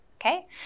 okay